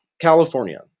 California